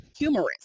humorous